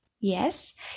Yes